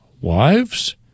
wives